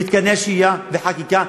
מתקני השהייה וחקיקה,